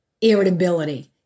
irritability